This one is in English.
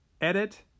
edit